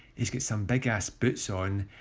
he's got some big ass boots on,